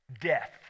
death